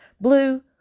Blue